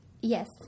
Yes